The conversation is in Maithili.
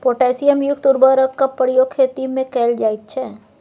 पोटैशियम युक्त उर्वरकक प्रयोग खेतीमे कैल जाइत छै